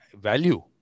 value